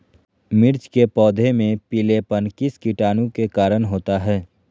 मिर्च के पौधे में पिलेपन किस कीटाणु के कारण होता है?